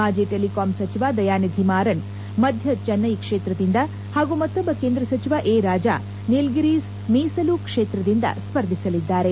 ಮಾಜಿ ಟೆಲಿಕಾಂ ಸಚಿವ ದಯಾನಿಧಿ ಮಾರನ್ ಮಧ್ಯ ಚೆನ್ನೈ ಕ್ಷೇತ್ರದಿಂದ ಪಾಗೂ ಮತ್ತೊಬ್ಬ ಕೇಂದ್ರ ಸಚಿವ ಎ ರಾಜಾ ನೀಲ್ಗಿರೀಸ್ ಮೀಸಲು ಕ್ಷೇತ್ರದಿಂದ ಸ್ಪರ್ಧಿಸಲಿದ್ದಾರೆ